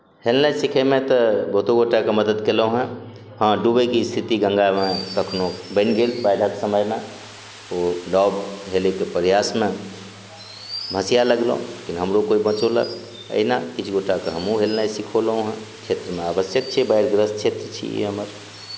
हेलनाइ सिखैमे तऽ बहुतो गोटाके मदद केलहुॅं हें हं डूबैके स्थिति गंगामे कखनो बनि गेल बैढक समयमे ओ नब हेलै कऽ प्रयासमे भंसियाए लगलहुॅं लेकिन हमरो कोई बंचौलक एहिना किछु गोटा के हमहुॅं हेलनाइ सिखोंलहुॅं हं क्षेत्रमे आवश्यक छै बाढिग्रस्त क्षेत्र छी इ हमर